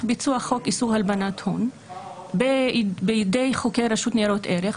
ביצוע חוק איסור הלבנת הון בידי חוקר רשות ניירות ערך,